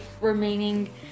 remaining